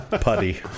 Putty